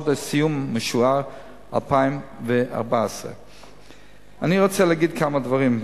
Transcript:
מועד סיום משוער: 2014. אני רוצה להגיד כמה דברים,